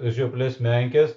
žioples menkes